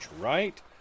right